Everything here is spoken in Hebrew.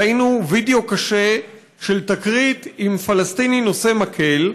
ראינו וידיאו קשה של תקרית עם פלסטיני נושא מקל.